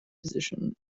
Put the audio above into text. position